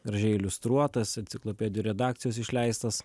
gražiai iliustruotas enciklopedijų redakcijos išleistas